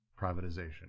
privatization